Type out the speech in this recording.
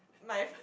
my